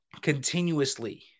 Continuously